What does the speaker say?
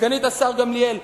סגנית השר גמליאל,